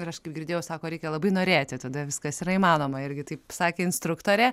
ir aš kaip girdėjau sako reikia labai norėti tada viskas yra įmanoma irgi taip sakė instruktorė